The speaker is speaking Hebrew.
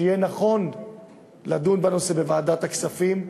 ויהיה נכון לדון בנושא בוועדת הכספים,